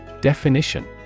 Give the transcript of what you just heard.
Definition